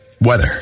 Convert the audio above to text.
weather